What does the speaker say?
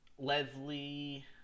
Leslie